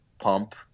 pump